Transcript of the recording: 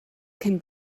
can